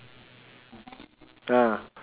ah